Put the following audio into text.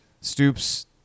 Stoops